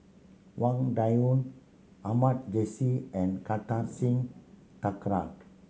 Wang Dayuan Ahmad Jais and Kartar Singh Thakral